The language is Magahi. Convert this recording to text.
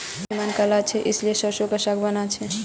मेहमान कल ओशो छे इसीलिए सरसों का साग बाना छे